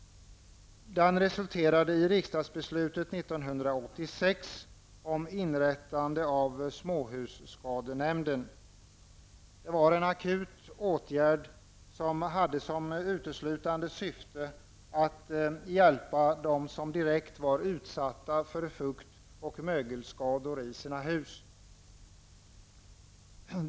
Den resulterade i riksdagsbeslutet 1986 om inrättandet av småhusskadenämnden. Det var en akut åtgärd, som hade som uteslutande syfte att hjälpa dem som direkt var utsatta för fuktoch mögelskador i sina hus.